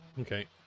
Okay